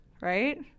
right